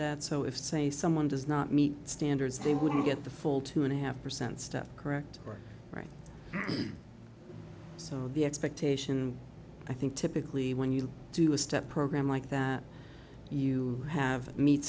that so if say someone does not meet standards they wouldn't get the full two and a half percent step correct right so the expectation i think typically when you do a step program like that you have me